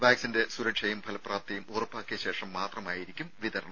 വാക്സിന്റെ സുരക്ഷയും ഫലപ്രാപ്തിയും ഉറപ്പാക്കിയ ശേഷം മാത്രമായിരിക്കും വിതരണം